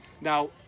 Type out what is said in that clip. Now